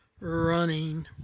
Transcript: running